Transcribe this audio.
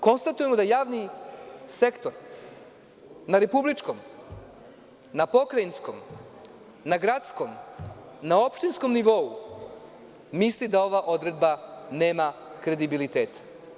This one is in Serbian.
Konstatujemo da javni sektor na republičkom, na pokrajinskom, na gradskom, na opštinskom nivou, misli da ova odredba nema kredibiliteta.